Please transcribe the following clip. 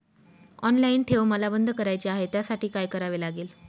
Online ठेव मला बंद करायची आहे, त्यासाठी काय करावे लागेल?